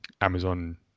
Amazon